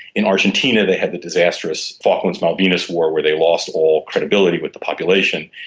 in argentina they had the disastrous falklands malvinas war where they lost all credibility with the population,